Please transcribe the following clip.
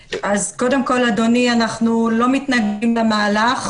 קודם כול, אדוני, אנחנו לא מתנגדים למהלך.